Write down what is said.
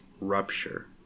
rupture